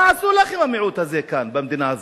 מה עשו לכם המיעוט הזה כאן, במדינה הזאת?